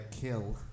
kill